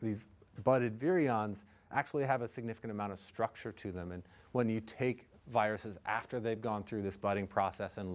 these but it variants actually have a significant amount of structure to them and when you take viruses after they've gone through this bonding process and